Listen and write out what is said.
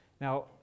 Now